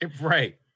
Right